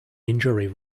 injury